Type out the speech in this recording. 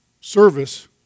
service